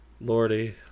Lordy